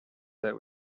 that